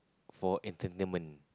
for entertainment